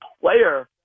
player